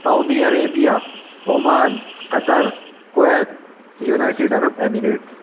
Saudi Arabia Oman Qatar Kuwait United Arab Emirates